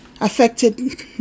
affected